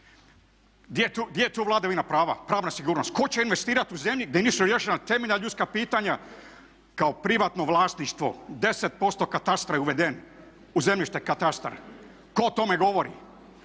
Gdje je tu vladavina prava, pravna sigurnost? Tko će investirati u zemlji gdje nisu riješena temeljna ljudska pitanja kao privatno vlasništvo? 10% katastra je uvedeno, u zemljište katastar. Tko o tome govori?